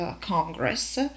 congress